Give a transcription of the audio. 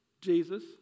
jesus